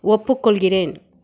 ஒப்புக்கொள்கிறேன்